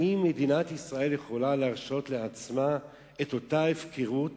האם מדינת ישראל יכולה להרשות לעצמה שאותה הפקרות